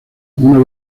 una